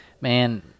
Man